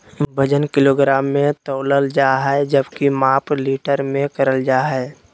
वजन किलोग्राम मे तौलल जा हय जबकि माप लीटर मे करल जा हय